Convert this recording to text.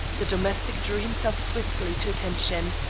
the domestic drew himself swiftly to attention.